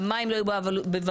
המים לא היו בבעלותי,